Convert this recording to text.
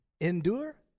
endure